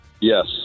Yes